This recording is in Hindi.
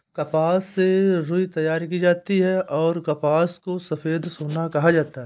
कपास से रुई तैयार की जाती हैंऔर कपास को सफेद सोना कहा जाता हैं